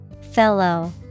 Fellow